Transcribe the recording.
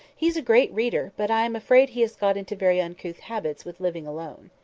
he's a great reader but i am afraid he has got into very uncouth habits with living alone.